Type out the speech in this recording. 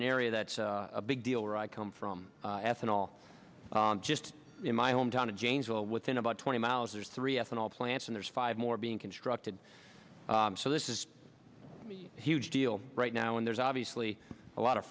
an area that's a big deal where i come from ethanol just in my hometown of janesville within about twenty miles there's three ethanol plants and there's five more being constructed so this is a huge deal right now and there's obviously a lot of